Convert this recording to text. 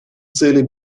цели